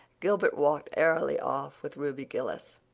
gilbert walked airily off with ruby gillis,